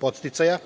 podsticaja,